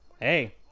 hey